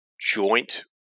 joint